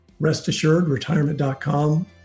restassuredretirement.com